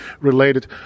related